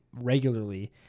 regularly